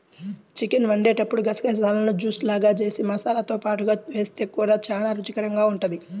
chicken వండేటప్పుడు గసగసాలను juice లాగా జేసి మసాలాతో పాటుగా వేస్తె కూర చానా రుచికరంగా ఉంటది